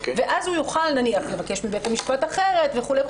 הוא יוכל לבקש מבית המשפט אחרת וכולי,